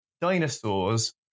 dinosaurs